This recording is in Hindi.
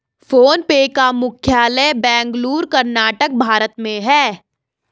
फ़ोन पे का मुख्यालय बेंगलुरु, कर्नाटक, भारत में है